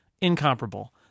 incomparable